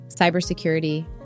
cybersecurity